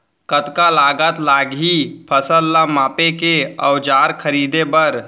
कतका लागत लागही फसल ला मापे के औज़ार खरीदे बर?